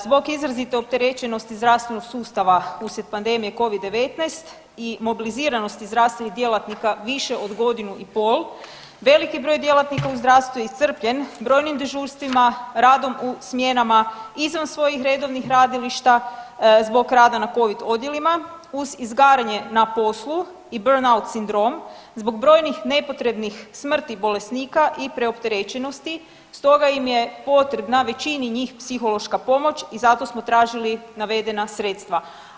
Zbog izrazite opterećenosti zdravstvenog sustava uslijed pandemije covid-19 i mobiliziranosti zdravstvenih djelatnika više od godinu i pol veliki broj djelatnika u zdravstvu je iscrpljen brojnim dežurstvima, radom u smjenama izvan svojih redovnih radilišta, zbog rada na covid odjelima uz izgaranje na poslu i burnout sindrom, zbog brojnih nepotrebnih smrti bolesnika i preopterećenosti, stoga im je potrebna većini njih psihološka pomoć i zato smo tražili navedena sredstva.